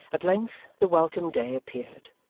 at length the welcome day appeared.